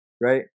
right